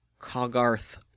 Cogarth